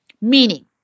Meaning